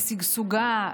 לשגשוגה,